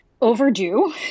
overdue